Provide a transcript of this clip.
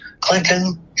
Clinton